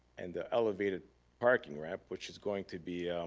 and the elevated parking ramp which is going to be